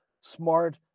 smart